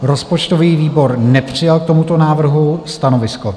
Rozpočtový výbor nepřijal k tomuto návrhu stanovisko.